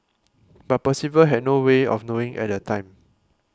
but Percival had no way of knowing at the time